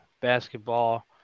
basketball